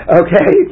okay